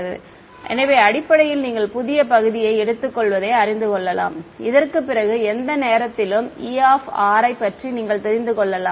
மாணவர் எனவே அடிப்படையில் நீங்கள் புதிய பகுதியை எடுத்துக்கொள்வதை அறிந்து கொள்ளலாம் குறிப்பு நேரம் 0647 இதற்குப் பிறகு எந்த நேரத்திலும் E யைப் பற்றி நீங்கள் தெரிந்து கொள்ளலாம்